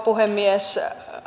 puhemies